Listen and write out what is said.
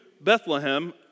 Bethlehem